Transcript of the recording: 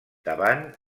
davant